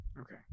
Okay